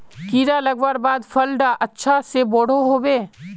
कीड़ा लगवार बाद फल डा अच्छा से बोठो होबे?